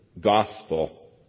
gospel